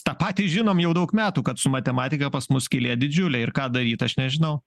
tą patį žinom jau daug metų kad su matematika pas mus skylė didžiulė ir ką daryt aš nežinau